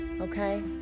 okay